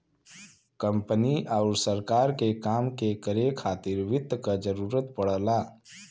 company आउर सरकार के काम के करे खातिर वित्त क जरूरत पड़ला